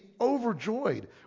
overjoyed